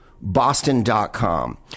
Boston.com